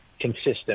consistent